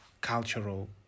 cultural